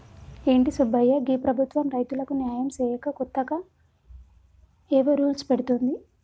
ఏంటి సుబ్బయ్య గీ ప్రభుత్వం రైతులకు న్యాయం సేయక కొత్తగా ఏవో రూల్స్ పెడుతోంది